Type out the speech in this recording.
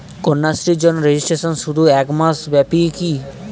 কন্যাশ্রীর জন্য রেজিস্ট্রেশন শুধু এক মাস ব্যাপীই কি?